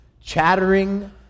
chattering